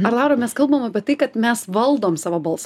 ar laura mes kalbam apie tai kad mes valdom savo balsą